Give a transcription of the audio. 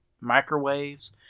microwaves